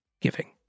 giving